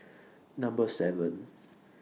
Number seven